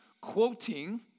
quoting